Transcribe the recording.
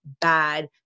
bad